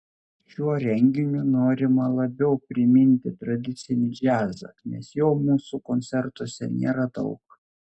šiuo renginiu norima labiau priminti tradicinį džiazą nes jo mūsų koncertuose nėra daug